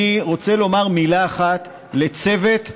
אני רוצה לומר מילה אחת לצוות הפעולה,